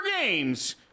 games